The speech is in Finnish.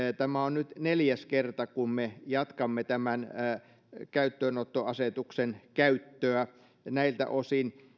tämä on nyt neljäs kerta kun me jatkamme käyttöönottoasetuksen käyttöä näiltä osin